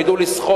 והם ידעו לשחות,